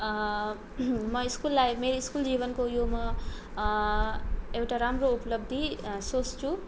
म school life मेरो school जीवनको उयोमा एउटा राम्रो उपलब्धि सोच्छु